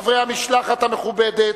חברי המשלחת המכובדת,